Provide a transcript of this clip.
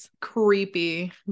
Creepy